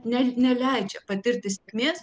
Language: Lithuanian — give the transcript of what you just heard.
ne neleidžia patirti sėkmės